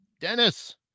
Dennis